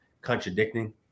contradicting